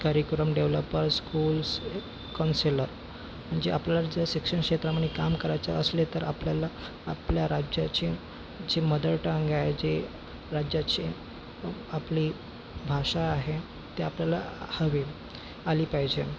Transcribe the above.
कार्यक्रम developers schools counsellor जे आपल्याला ज्या शिक्षणक्षेत्रामध्ये काम करायचं असले तर आपल्याला आपल्या राज्याची जी मदरटंग आहे जे राज्याची आपली भाषा आहे ते आपल्याला हवे आली पाहिजे